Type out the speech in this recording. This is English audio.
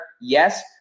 Yes